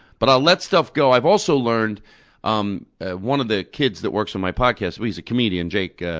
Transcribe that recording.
but i'll let stuff go. i've also learned um ah one of the kids that works on my podcast, he's a comedian, jake ah